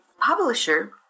publisher